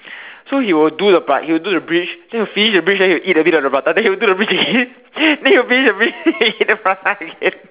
so he would do the but he will do the bridge then he finish the bridge and then he will eat a bit of prata then he will do the bridge again then he will finish the bridge eat the prata again